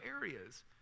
areas